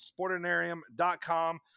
Sportinarium.com